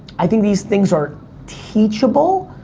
i think these things are teachable,